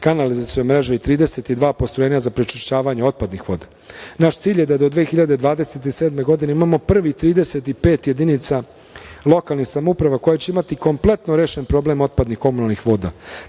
kanalizacione mreže i 32 postrojenja za prečišćavanje otpadnih voda. Naš cilj je da do 2027. godine imamo prvih 35 jedinica lokalnih samouprava koje će imati kompletno rešen problem otpadnih komunalnih voda